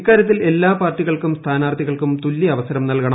ഇക്കാരൃത്തിൽ എല്ലാ പാർട്ടികൾക്കും സ്ഥാനാർത്ഥികൾക്കും തു്ല്യ അവസരം നൽകണം